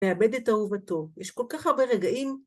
לאבד את אהובתו. יש כל כך הרבה רגעים.